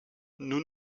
nous